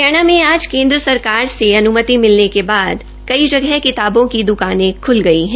हरियाणा में आज केन्द्र सरकार से इजाजत मिलने के बाद कई जगह किताबों की दुकानें खुल गई हैं